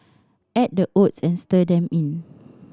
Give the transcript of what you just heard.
add the oats and stir them in